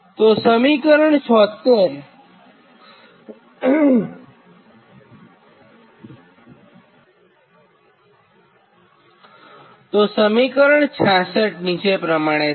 તો સમીકરણ 66 નીચે પ્રમાણે થાય